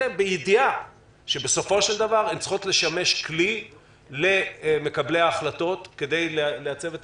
בידיעה שהן צריכות לשמש כלי למקבלי ההחלטות על מנת לעצב מדיניות,